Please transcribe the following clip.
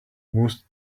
most